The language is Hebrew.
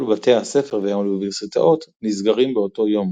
כל בתי הספר והאוניברסיטאות נסגרים באותו יום.